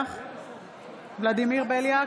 נוכח ולדימיר בליאק,